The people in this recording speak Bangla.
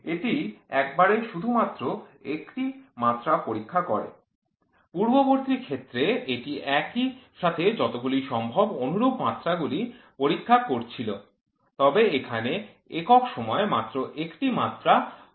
এটি একবারে শুধুমাত্র একটি মাত্রা পরীক্ষা করে পূর্ববর্তী ক্ষেত্রে এটি একই সাথে যতগুলি সম্ভব অনুরূপ মাত্রাগুলি পরীক্ষা করছিল তবে এখানে একক সময়ে মাত্র একটি মাত্রা পরীক্ষা করে